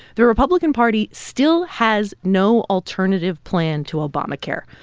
the republican party still has no alternative plan to obamacare.